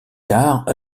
tard